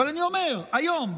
אבל אני אומר שהיום,